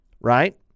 right